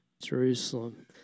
Jerusalem